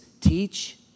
teach